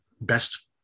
best